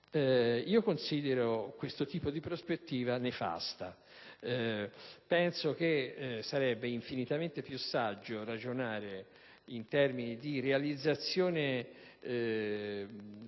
Considero questo tipo di prospettiva nefasta. Penso che sarebbe infinitamente più saggio ragionare in termini di realizzazione,